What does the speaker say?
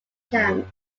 camp